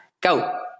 Go